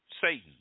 Satan